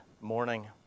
morning